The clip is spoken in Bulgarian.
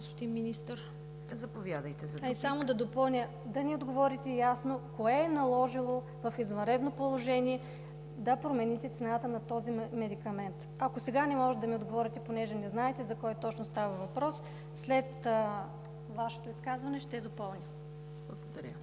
допълня – да ни отговорите ясно: кое е наложило в извънредно положение да промените цената на този медикамент? Ако сега не можете да ми отговорите, понеже не знаете за кой точно става въпрос, след Вашето изказване ще допълня. Благодаря